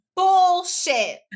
bullshit